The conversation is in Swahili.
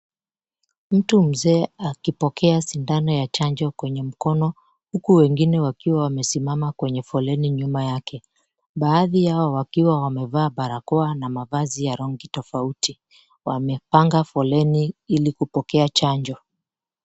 Mtu Mzee akipokea sindano ya chanjo kwenye mkono, huku wengine wakiwa wamesimama kwenye foleni nyuma yake, baadhi yao wakiwa wamevaa barakoa na mavazi ya rangi tofauti, wamepanga foleni ili kupokea chanjo.